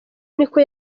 niko